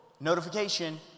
notification